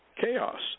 chaos